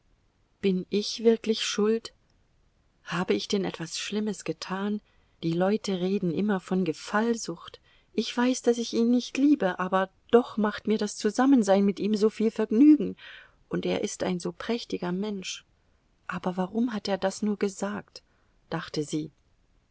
bin ich wirklich schuld habe ich denn etwas schlimmes getan die leute reden immer von gefallsucht ich weiß daß ich ihn nicht liebe aber doch macht mir das zusammensein mit ihm soviel vergnügen und er ist ein so prächtiger mensch aber warum hat er das nur gesagt dachte sie